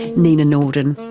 nina norden.